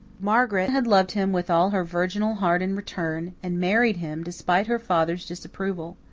margaret had loved him with all her virginal heart in return, and married him, despite her father's disapproval.